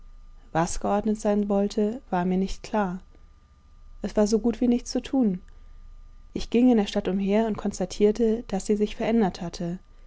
was geordnet sein wollte war mir nicht klar es war so gut wie nichts zu tun ich ging in der stadt umher und konstatierte daß sie sich verändert hatte